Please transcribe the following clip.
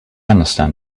understand